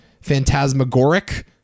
phantasmagoric